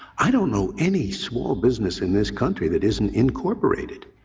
i don't know any small business in this country that isn't incorporated.